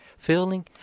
feeling